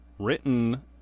written